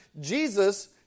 Jesus